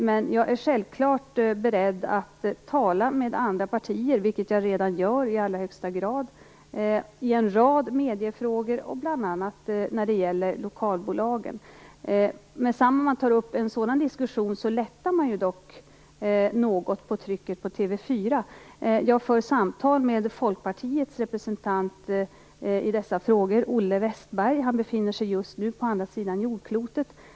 Men jag är självklart beredd att tala med andra partier, vilket jag redan i allra högsta grad gör, i en rad mediefrågor, bl.a. lokalbolagen. Genom att man tar upp en sådan diskussion lättar man dock något på trycket på TV 4. Jag för samtal med Folkpartiets representant i dessa frågor, Olle Wästberg. Han befinner sig just nu på andra sidan jordklotet.